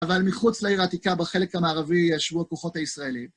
אבל מחוץ לעיר העתיקה, בחלק המערבי, ישבו הכוחות הישראלים.